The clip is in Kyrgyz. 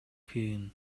кыйын